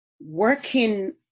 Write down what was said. working